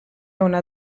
una